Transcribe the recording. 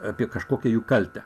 apie kažkokią jų kaltę